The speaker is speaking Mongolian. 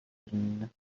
ирнэ